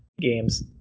games